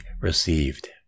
received